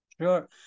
Sure